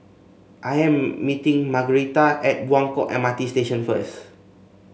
I am meeting Margretta at Buangkok M R T Station first